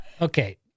Okay